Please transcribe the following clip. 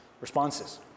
responses